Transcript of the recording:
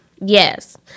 Yes